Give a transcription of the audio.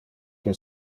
que